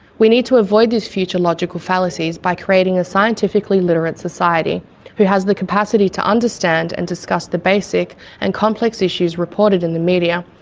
we need to avoid these future logical fallacies by creating a scientifically literate society who has the capacity to understand and discuss the basic and complex issues reported in the media,